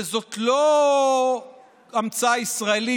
זאת לא המצאה ישראלית,